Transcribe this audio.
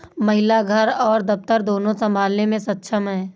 महिला घर और दफ्तर दोनो संभालने में सक्षम हैं